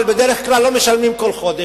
ההורים משלמים, אבל בדרך כלל לא משלמים כל חודש.